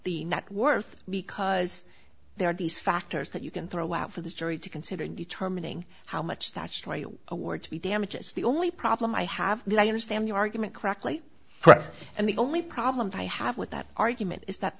the net worth because there are these factors that you can throw out for the jury to consider in determining how much that story of a war to be damages the only problem i have you i understand the argument correctly forever and the only problem i have with that argument is that